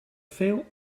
veel